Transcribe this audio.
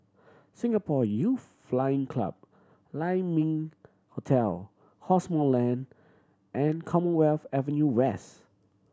Singapore Youth Flying Club Lai Ming Hotel Cosmoland and Commonwealth Avenue West